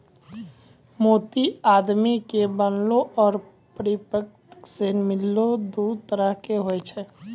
मोती आदमी के बनैलो आरो परकिरति सें मिललो दु तरह के होय छै